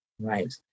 Right